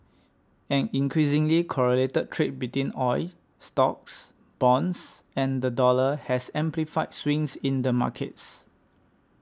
an increasingly correlated trade between oil stocks bonds and the dollar has amplified swings in the markets